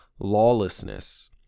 lawlessness